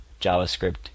JavaScript